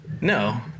No